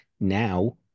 Now